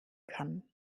kann